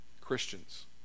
Christians